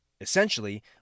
essentially